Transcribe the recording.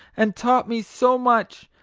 and taught me so much!